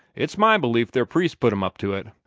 it's my belief their priests put em up to it.